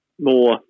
more